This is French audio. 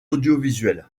audiovisuel